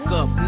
up